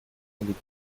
liegt